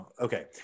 Okay